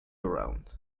around